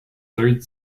third